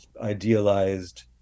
idealized